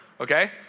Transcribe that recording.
Okay